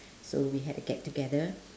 so we had a get together